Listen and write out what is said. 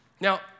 Now